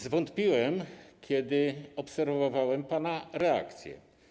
Zwątpiłem, kiedy obserwowałem pana reakcje.